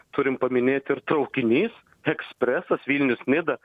turim paminėti ir traukinys ekspresas vilnius nida